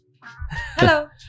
hello